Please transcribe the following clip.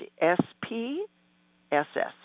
S-P-S-S